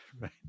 right